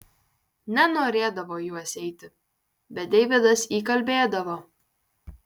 nenorėdavo į juos eiti bet deividas įkalbėdavo